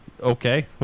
Okay